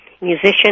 musician